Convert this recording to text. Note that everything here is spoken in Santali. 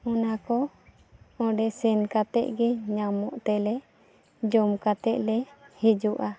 ᱚᱱᱟᱠᱚ ᱚᱸᱰᱮ ᱥᱮᱱ ᱠᱟᱛᱮᱫ ᱜᱮ ᱧᱟᱢᱚᱜ ᱛᱮᱞᱮ ᱡᱚᱢ ᱠᱟᱛᱮᱫ ᱞᱮ ᱦᱤᱡᱩᱜᱼᱟ